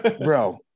Bro